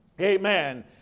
Amen